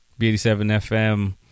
B87FM